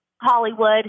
Hollywood